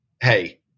hey